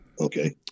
Okay